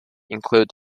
include